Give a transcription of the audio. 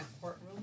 courtroom